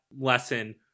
lesson